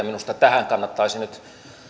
minusta tähän kannattaisi nyt